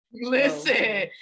Listen